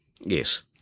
Yes